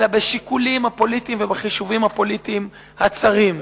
אלא בשיקולים הפוליטיים ובחישובים הפוליטיים הצרים.